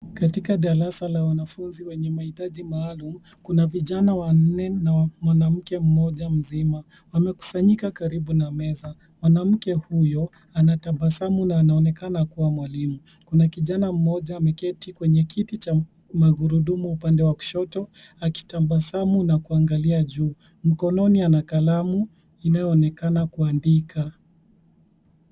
Katika darasa la wanafunzi wenye mahitaji maalum, kuna vijana wanne na mwanamke mmoja mzima. Wamekusanyika karibu na meza. Mwanamke huyo anatabasamu na anaonekana kuwa mwalimu. Kuna kijana mmoja ameketi kwenye kiti cha magurudumu upande wa kushoto akitabasamu na kuangalia juu. Mkononi ana kalamu inayoonekana kuandika.